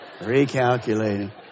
Recalculating